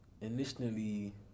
Initially